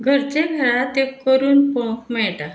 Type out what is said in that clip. घरचे घरा तें करून पळोवक मेळटा